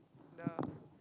the